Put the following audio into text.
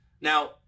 Now